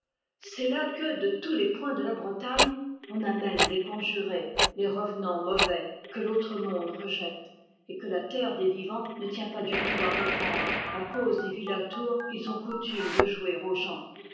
c'est là que de tous les points de la bretagne on amène les conjurés les revenants mauvais que l'autre monde rejette et que la terre des vivants ne tient pas du tout à reprendre à cause des vilains tours qu'ils ont coutume de jouer aux gens